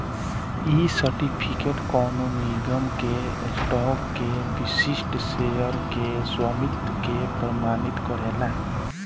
इ सर्टिफिकेट कवनो निगम के स्टॉक के विशिष्ट शेयर के स्वामित्व के प्रमाणित करेला